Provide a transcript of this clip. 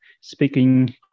speaking